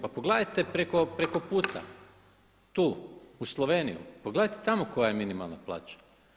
Pa pogledajte preko puta, tu, u Sloveniju, pogledajte tamo koja je minimalna plaća.